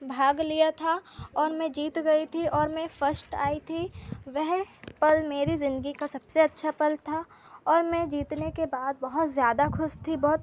भाग लिया था और मैं जीत गई थी और मैं फस्ट आई थी वह पल मेरी ज़िंदगी का सबसे अच्छा पल था और मैं जीतने के बाद बहुत ज़्यादा ख़ुश थी बहुत